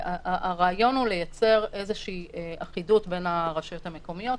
הרעיון הוא לייצר איזושהי אחידות בין הרשויות המקומיות.